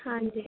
ਹਾਂਜੀ